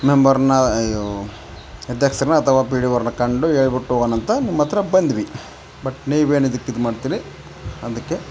ಮೆಂಬರ್ನ ಅಯ್ಯೋ ಅಧ್ಯಕ್ಷರನ್ನ ಅಥವ ಪಿ ಡಿ ಓರ್ನ ಕಂಡು ಹೇಳ್ಬಿಟ್ ಹೋಗೋಣ ಅಂತ ನಿಮ್ಮ ಹತ್ರ ಬಂದ್ವಿ ಬಟ್ ನೀವೇನು ಇದಕ್ಕೆ ಇದು ಮಾಡ್ತೀರಿ ಅದಕ್ಕೆ